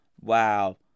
wow